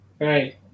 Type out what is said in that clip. right